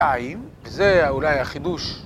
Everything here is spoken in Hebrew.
זה אולי החידוש.